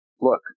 look